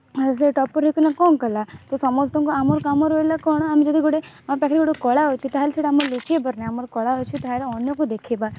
ସେ ଟପ୍ପର୍ ହେଇକିନା କ'ଣ କଲା ତ ସମସ୍ତଙ୍କର ଆମର କାମ ରହିଲା କ'ଣ ଆମେ ଯଦି ଗୋଟେ ଆମ ପାଖରେ ଗୋଟେ କଳା ଅଛି ତା'ହେଲେ ସେଇଟା ଆମର ଲୁଚାଇବାର ନାହିଁ ଆମର କଳା ଅଛି ଅନ୍ୟକୁ ଦେଖାଇବା